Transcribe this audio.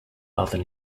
other